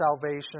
salvation